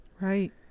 Right